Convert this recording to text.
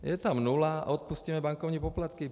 Je tam nula a odpustíme bankovní poplatky.